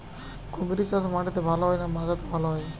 কুঁদরি চাষ মাটিতে ভালো হয় না মাচাতে ভালো হয়?